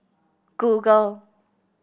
Google